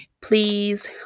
Please